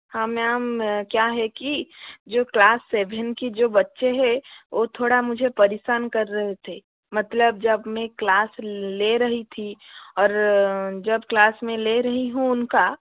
हाँ मैम क्या है कि जो क्लास सेवन की जो बच्चे हैं वो थोड़ा मुझे परेशान कर रहे थे मतलब जब मैं क्लास ले रही थी और जब क्लास में ले रही हूँ उनका